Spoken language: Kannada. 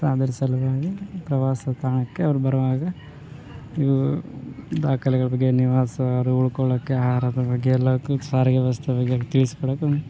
ಅದರ ಸಲುವಾಗಿ ಪ್ರವಾಸ ತಾಣಕ್ಕೆ ಅವ್ರು ಬರುವಾಗ ಯು ದಾಖಲೆಗಳ ಬಗ್ಗೆ ನಿವಾಸ ಅವ್ರು ಉಳ್ಕೊಳೋಕ್ಕೆ ಆಹಾರದ ಬಗ್ಗೆ ಎಲ್ಲ ತಿಳ್ಸಿ ಸಾರಿಗೆ ವ್ಯವಸ್ಥೆಯ ಬಗ್ಗೆ ತಿಳ್ಸಿ ಕೊಡೋದು